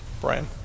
Brian